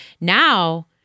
Now